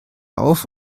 auf